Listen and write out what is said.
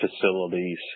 Facilities